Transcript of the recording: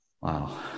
wow